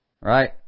Right